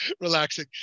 relaxing